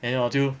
then 我就